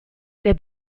der